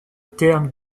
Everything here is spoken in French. terme